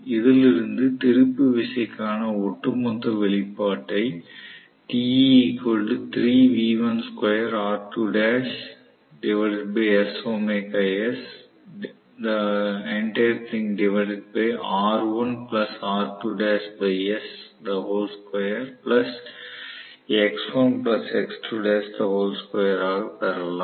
இதிலிருந்து திருப்பு விசைக்கான ஒட்டுமொத்த வெளிப்பாட்டை ஆக பெறலாம்